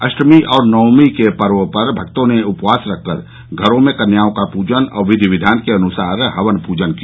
अष्टमी और नवमी के पर्व पर भक्तों ने उपवास रखकर घरों में कन्याओं का पूजन और विधिविधान के अनुसार हवन पूजन किया